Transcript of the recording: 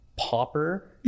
popper